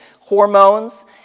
hormones